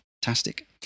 Fantastic